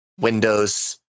windows